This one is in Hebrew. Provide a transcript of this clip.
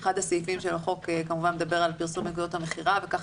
אחד הסעיפים של החוק כמובן מדבר על פרסום בנקודות המכירה וכך